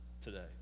today